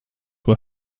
were